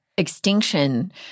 Extinction